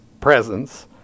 presence